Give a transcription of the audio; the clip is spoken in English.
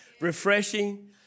refreshing